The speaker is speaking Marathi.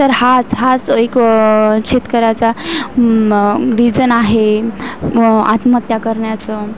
तर हाच हाच एक शेतकऱ्याचा रीजन आहे म आत्महत्या करण्याचं